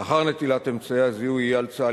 לאחר נטילת אמצעי הזיהוי יהיה על צה"ל